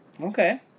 Okay